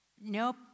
Nope